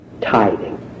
tithing